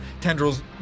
tendrils